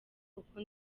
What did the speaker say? kuko